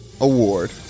Award